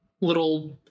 little